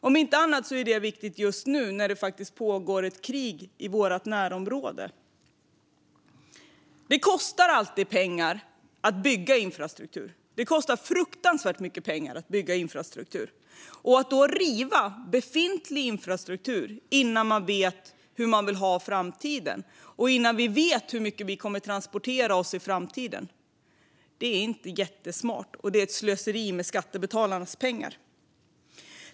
Om inte annat är det viktigt just nu när det faktiskt pågår ett krig i vårt närområde. Det kostar alltid pengar att bygga infrastruktur. Det kostar fruktansvärt mycket pengar att bygga infrastruktur. Då är det inte jättesmart att riva befintlig infrastruktur innan vi vet hur vi vill ha det i framtiden och innan vi vet hur mycket vi kommer att transportera oss i framtiden. Det är ett slöseri med skattebetalarnas pengar.